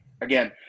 again